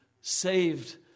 saved